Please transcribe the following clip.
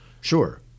Sure